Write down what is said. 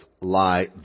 lie